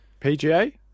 PGA